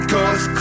Cause